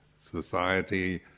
society